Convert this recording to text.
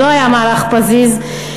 לא היה מהלך פזיז,